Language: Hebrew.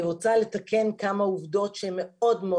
אני רוצה לתקן כמה עובדות שהן מאוד מאוד